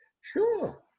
Sure